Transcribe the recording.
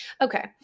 Okay